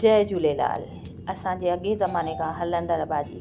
जय झूलेलाल असांजे अॻे ज़माने खां हलंदड़ु भाॼी